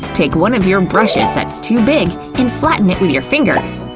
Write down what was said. take one of your brushes that's too big and flatten it with your fingers.